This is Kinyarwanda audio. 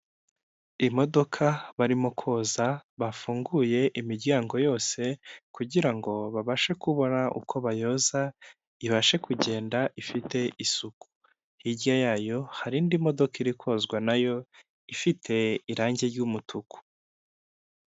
Imodoka barimo koza bafunguye imiryango yose kugira ngo babashe kubona uko bayoza ibashe kugenda ifite isuku, hirya yayo hari indi modoka iri kozwa na yo ifite irangi ry'umutuku.